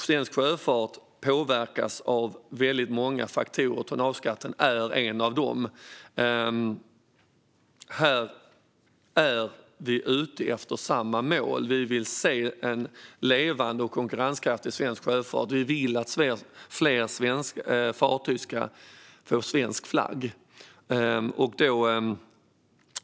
Svensk sjöfart påverkas av väldigt många faktorer, och tonnageskatten är en av dem. Vi har samma mål: Vi vill se en levande och konkurrenskraftig svensk sjöfart, och vi vill att fler fartyg ska få svensk flagg.